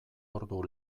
ordu